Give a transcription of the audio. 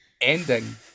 ending